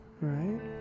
right